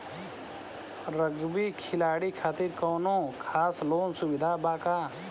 Rugby खिलाड़ी खातिर कौनो खास लोन सुविधा बा का?